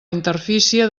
interfície